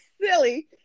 silly